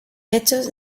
hechos